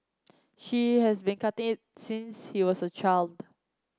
she has been cutting it since he was a child